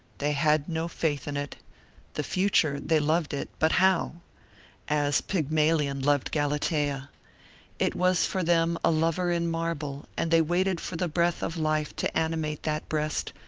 they had no faith in it the future, they loved it, but how as pygmalion loved galatea it was for them a lover in marble and they waited for the breath of life to animate that breast,